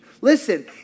listen